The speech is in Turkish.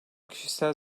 kişisel